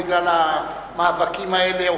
בגלל המאבקים האלה,